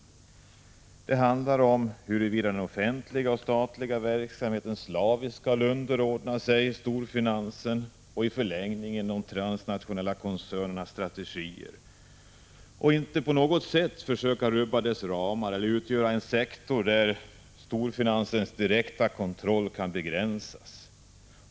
Det handlar om huruvida den offentliga och statliga verksamheten slaviskt skall underordna sig storfinansens och i förlängningen de transnationella koncernernas strategier i stället för att försöka rubba deras ramar eller utgöra en sektor där storfinansens direkta kontroll kan begränsas.